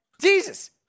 Jesus